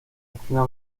esquina